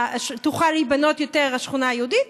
כמו שתוכל להיבנות יותר השכונה היהודית,